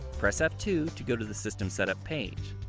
press f two to go to the system setup page.